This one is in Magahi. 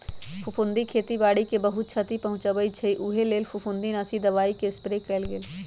फफुन्दी खेती बाड़ी के बहुत छति पहुँचबइ छइ उहे लेल फफुंदीनाशी दबाइके स्प्रे कएल गेल